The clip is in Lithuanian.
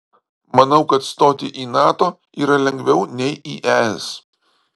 manau kad stoti į nato yra lengviau nei į es